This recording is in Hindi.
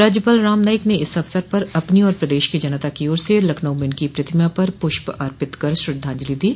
राज्यपाल राम नाईक ने इस अवसर पर अपनी और प्रदेश को जनता की ओर से लखनऊ में उनकी प्रतिमा पर पुष्प अर्पित कर श्रद्धांजलि दी